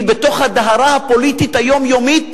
כי בתוך הדהרה הפוליטית היומיומית